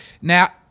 Now